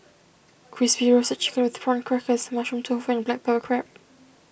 Crispy Roasted Chicken with Prawn Crackers Mushroom Tofu and Black Pepper Crab